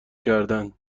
کردن